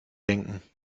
denken